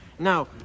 Now